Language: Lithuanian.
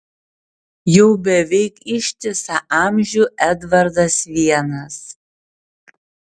jau beveik ištisą amžių edvardas vienas